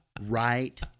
right